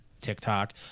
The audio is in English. TikTok